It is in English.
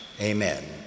Amen